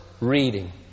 reading